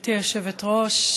גברתי היושבת-ראש,